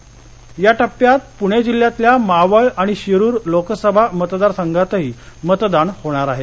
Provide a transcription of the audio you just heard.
शिरूर मावळ या टप्प्यात पृणे जिल्ह्यातल्या मावळ आणि शिरूर लोकसभा मतदार संघातही मतदान होणार आहे